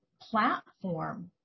platform